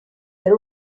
per